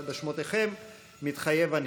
מצוין.